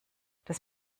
das